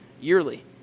yearly